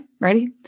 Ready